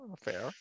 fair